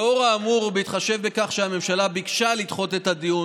לאור האמור ובהתחשב בכך שהממשלה ביקשה לדחות את הדיון,